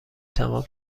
تمام